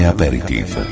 Aperitif